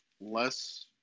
Less